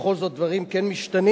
בכל זאת דברים כן משתנים.